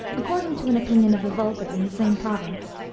according to an opinion of the vulgar in the same province,